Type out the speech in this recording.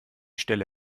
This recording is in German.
stelle